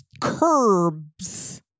curbs